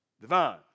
divine